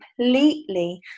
completely